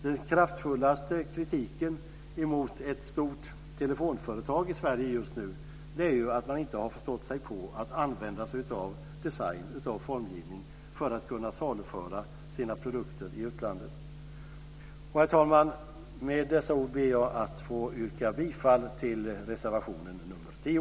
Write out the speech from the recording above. Den just nu kraftfulla kritiken mot ett stort telefonföretag i Sverige är att man inte har förstått sig på att använda sig av design, formgivning, för att kunna saluföra sina produkter i utlandet. Herr talman! Med dessa ord ber jag att få yrka bifall till reservationen nr 10.